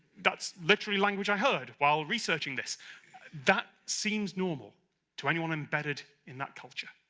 that's. literally language i heard while researching this that seems normal to anyone embedded in that culture